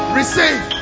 receive